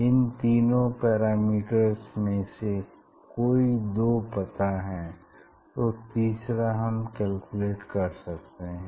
इन तीनों पैरामीटर्स में से कोई दो पता है तो तीसरा हम कैलकुलेट कर सकते हैं